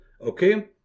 okay